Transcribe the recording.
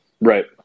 Right